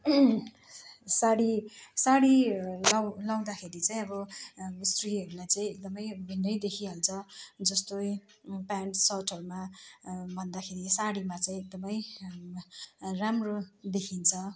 साडी साडी लगाउ लगाउँदाखेरि चाहिँ अब स्त्रीहरूलाई चाहिँ एकदमै भिन्दै देखिइहाल्छ जस्तै पेन्ट सर्टहरूमा भन्दाखेरि साडीमा चाहिँ एकदमै राम्रो देखिन्छ